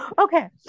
Okay